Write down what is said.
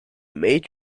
made